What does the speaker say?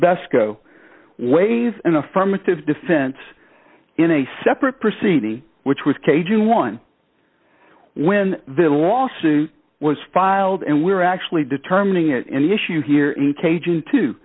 best go ways an affirmative defense in a separate proceeding which was caging one when the lawsuit was filed and we're actually determining it any issue here in cajun too